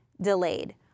delayed